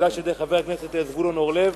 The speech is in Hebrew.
שהוגש על-ידי חבר הכנסת זבולון אורלב,